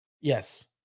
Yes